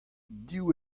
div